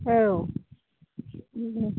औ